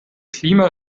klima